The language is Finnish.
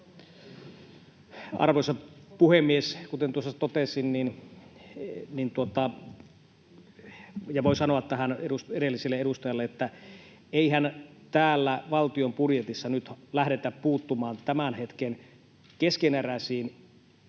Arvoisa puhemies! Kuten tuossa totesin ja voin sanoa tähän edelliselle edustajalle, niin eihän täällä valtion budjetissa nyt lähdetä puuttumaan tämän hetken keskeneräisiin